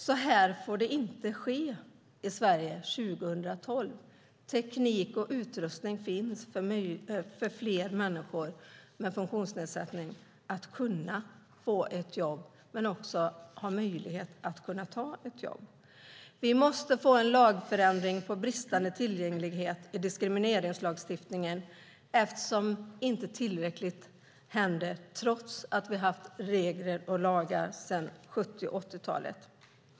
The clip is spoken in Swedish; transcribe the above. Sådant får inte ske i Sverige 2012! Teknik och utrustning finns för att möjliggöra för fler människor med funktionsnedsättning att få ett jobb. Vi måste få en lagförändring i diskrimineringslagstiftningen när det gäller bristande tillgänglighet eftersom det inte har hänt tillräckligt mycket trots att vi har haft regler och lagar sedan 70 och 80-talet.